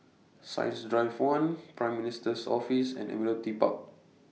Science Drive one Prime Minister's Office and Admiralty Park